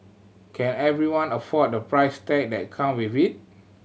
can everyone afford the price tag that come with it